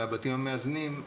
מהבתים המאזנים,